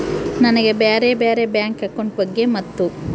ನನಗೆ ಬ್ಯಾರೆ ಬ್ಯಾರೆ ಬ್ಯಾಂಕ್ ಅಕೌಂಟ್ ಬಗ್ಗೆ ಮತ್ತು?